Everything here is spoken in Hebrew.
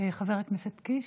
חבר הכנסת קיש,